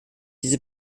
diese